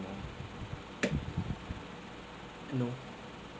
you know